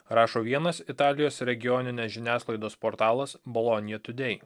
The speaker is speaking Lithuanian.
rašo vienas italijos regioninės žiniasklaidos portalas bolonija tudei